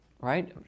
right